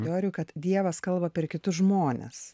noriu kad dievas kalba per kitus žmones